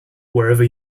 wherever